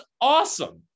awesome